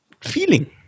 feeling